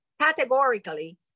categorically